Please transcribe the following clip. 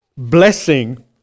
blessing